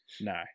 No